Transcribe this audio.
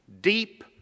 deep